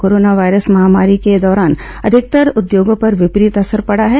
corona virus महामारी के दौरान अधिकतर उद्योगों पर विपरीत असर पडा है